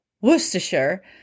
Worcestershire